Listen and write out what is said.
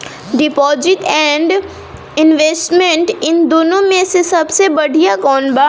Deposit and investment इन दुनो मे से सबसे बड़िया कौन बा?